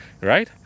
Right